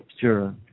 sure